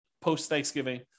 post-Thanksgiving